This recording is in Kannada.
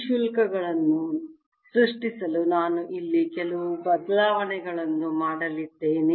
ಈ ಶುಲ್ಕಗಳನ್ನು ಸೃಷ್ಟಿಸಲು ನಾನು ಇಲ್ಲಿ ಕೆಲವು ಬದಲಾವಣೆಗಳನ್ನು ಮಾಡಲಿದ್ದೇನೆ